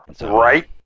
Right